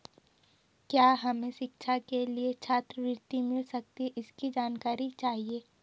क्या हमें शिक्षा के लिए छात्रवृत्ति मिल सकती है इसकी जानकारी चाहिए?